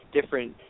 different